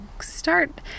start